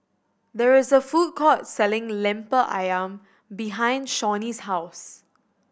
there is a food court selling Lemper Ayam behind Shawnee's house